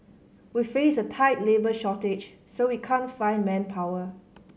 we face a tight labour shortage so we can't find manpower